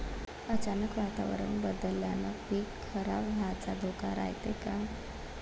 अचानक वातावरण बदलल्यानं पीक खराब व्हाचा धोका रायते का?